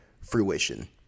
fruition